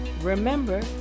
Remember